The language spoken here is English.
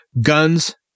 guns